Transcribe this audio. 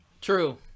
True